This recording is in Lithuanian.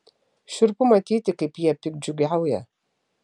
šiurpu matyti kaip jie piktdžiugiauja